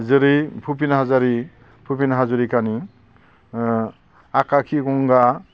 जेरै भुपेन हाज'रिकानि ओ आकाखि गंगा